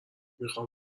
میخوام